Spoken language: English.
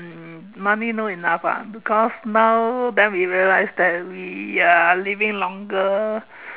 um money no enough ah because now then we realise that we are living longer